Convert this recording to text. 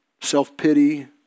self-pity